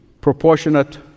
proportionate